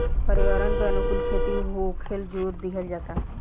पर्यावरण के अनुकूल खेती होखेल जोर दिहल जाता